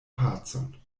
pacon